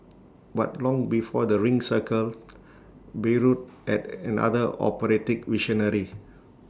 but long before the ring Cycle Bayreuth had another operatic visionary